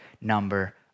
number